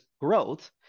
growth